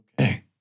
Okay